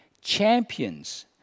champions